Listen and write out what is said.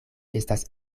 estas